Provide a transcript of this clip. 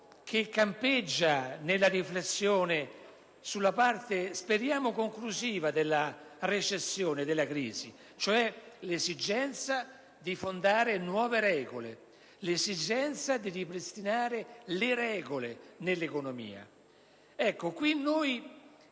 che campeggia nella riflessione sulla parte - speriamo conclusiva - della recessione e della crisi, vale a dire l'esigenza di fondare nuove regole, di ripristinare le regole nell'economia. Con questo